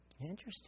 Interesting